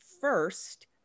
first